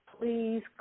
please